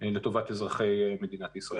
לטובת אזרחי מדינת ישראל.